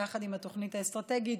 וביחד עם התוכנית האסטרטגית,